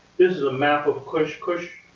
this a map of kush. kush